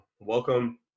welcome